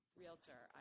realtor